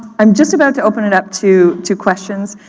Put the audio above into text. i'm just about to open it up to to questions.